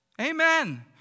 Amen